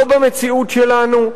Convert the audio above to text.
לא במציאות שלנו,